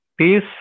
Peace